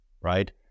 right